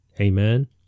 Amen